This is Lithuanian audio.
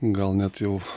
gal net jau